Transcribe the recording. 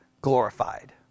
glorified